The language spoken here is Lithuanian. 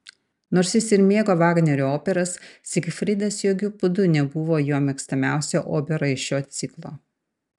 nors jis ir mėgo vagnerio operas zigfridas jokiu būdu nebuvo jo mėgstamiausia opera iš šio ciklo